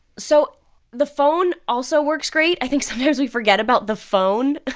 so the phone also works great. i think sometimes we forget about the phone.